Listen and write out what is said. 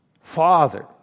father